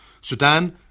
Sudan